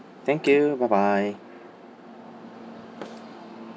thank you bye bye